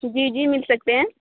جی جی مل سکتے ہیں